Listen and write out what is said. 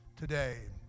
Today